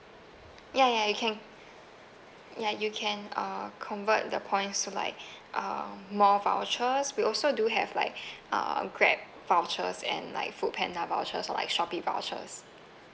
ya ya you can ya you can uh convert the points to like uh more vouchers we also do have like uh Grab vouchers and like FoodPanda vouchers or like Shopee vouchers